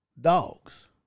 dogs